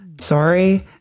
Sorry